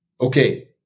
Okay